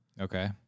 okay